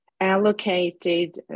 allocated